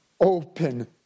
open